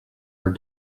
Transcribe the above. are